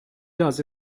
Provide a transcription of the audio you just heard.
does